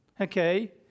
Okay